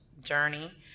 journey